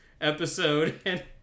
episode